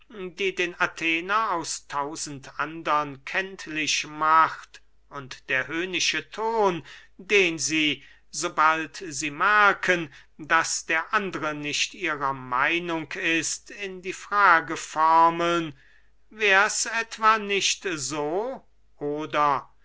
die den athener aus tausend andern kenntlich macht und der höhnische ton den sie sobald sie merken daß der andere nicht ihrer meinung ist in die frageformeln wärs etwa nicht so oder